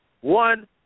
one